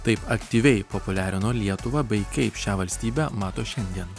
taip aktyviai populiarino lietuvą bei kaip šią valstybę mato šiandien